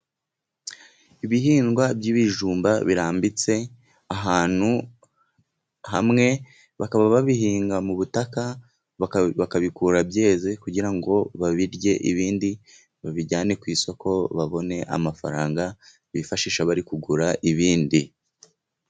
Ibihingwa by'ibijumba birambitse ahantu hamwe bakaba babihinga mu butaka, bakabikura byeze kugira ngo babirye ibindi babijyane ku isoko babone amafaranga bifashisha bari kugura ibindi.